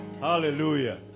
Hallelujah